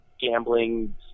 gambling